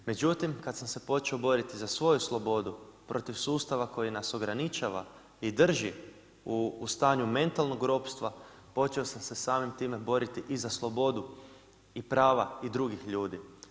Međutim, kada sam se počeo boriti za svoju slobodu protiv sustava koji nas ograničava i drži u stanju mentalnog ropstva, počeo sam se samim time boriti i za slobodu i prava i drugih ljudi.